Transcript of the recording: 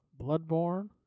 Bloodborne